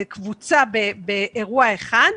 מדביק קבוצה באירוע אחד.